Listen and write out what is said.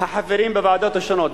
החברים בוועדות השונות,